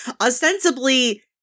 ostensibly